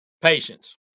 patience